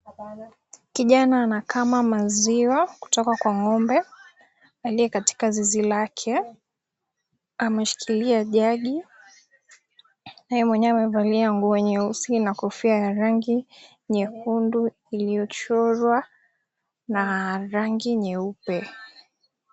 Kijana anakama maziwa kutoka kwa ng'ombe aliyekatika zizi lake ameshikilia jagi naye mwenyewe amevalia nguo nyeusi na kofia ya rangi nyekundu iliyochorwa na rangi nyeupe.